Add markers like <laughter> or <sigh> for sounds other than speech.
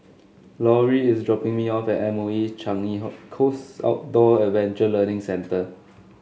Lauri is dropping me off at M O E Changi <unintelligible> Coast Outdoor Adventure Learning Centre